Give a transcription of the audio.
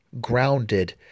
grounded